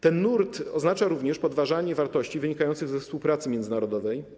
Ten nurt oznacza również podważanie wartości wynikających ze współpracy międzynarodowej.